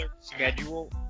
schedule